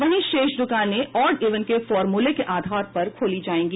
वहीं शेष दुकानें ऑड इवन के फार्मूले के आधार पर खोली जायेंगी